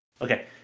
Okay